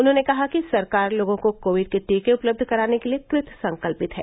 उन्होंने कहा कि सरकार लोगों को कोविड के टीके उपलब्ध कराने के लिये कृतसंकल्पित है